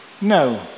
No